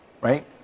right